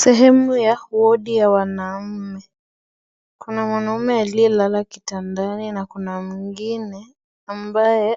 Sehemu ya WiFi ya wanaume kuna mwanamume ambaye amelala kwenye kitanda na mwingine